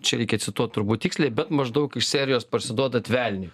čia reikia cituot turbūt tiksliai bet maždaug iš serijos parsiduodar velniui